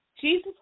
Jesus